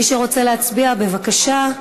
מי שרוצה להצביע, בבקשה.